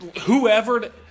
whoever